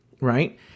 Right